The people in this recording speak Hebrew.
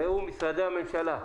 ראו, משרדי הממשלה,